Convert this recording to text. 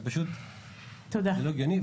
זה פשוט לא הגיוני.